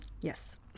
Yes